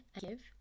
give